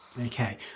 Okay